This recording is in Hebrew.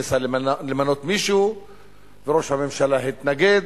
ניסה למנות מישהו וראש הממשלה התנגד,